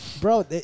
Bro